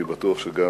אני בטוח שגם